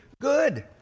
good